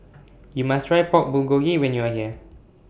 YOU must Try Pork Bulgogi when YOU Are here